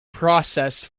processed